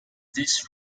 this